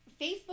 Facebook